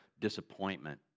disappointment